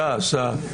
סע, סע.